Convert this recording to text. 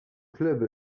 club